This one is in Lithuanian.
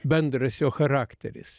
bendras jo charakteris